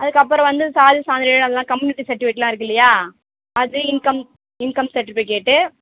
அதுக்கப்புறம் வந்து சாதி சான்றிதழ் அதெல்லாம் கம்யூனிட்டி சர்டிஃபிகேட்டுலாம் இருக்குது இல்லையா அது இன்கம் இன்கம் சர்டிஃபிகேட்டு